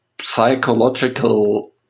psychological